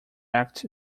act